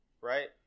right